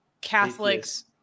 Catholics